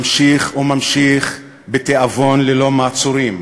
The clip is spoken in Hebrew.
ממשיך וממשיך בתיאבון וללא מעצורים.